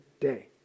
day